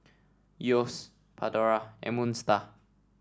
Yeo's Pandora and Moon Star